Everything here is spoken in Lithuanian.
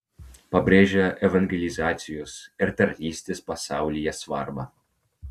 pabrėžia evangelizacijos ir tarnystės pasaulyje svarbą